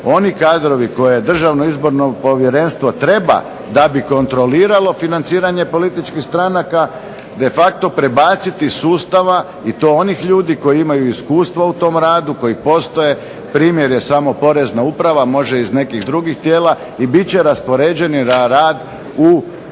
oni kadrovi koje Državno izborno povjerenstvo treba da bi kontroliralo financiranje političkih stranaka de facto prebaciti iz sustava i to onih ljudi koji imaju iskustva u tom radu, koji postoje. Primjer je samo Porezna uprava. Može iz nekih drugih tijela i bit će raspoređeni na rad u Državno